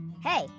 Hey